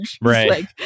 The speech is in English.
Right